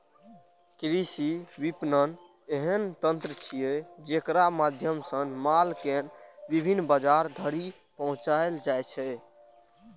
कृषि विपणन एहन तंत्र छियै, जेकरा माध्यम सं माल कें विभिन्न बाजार धरि पहुंचाएल जाइ छै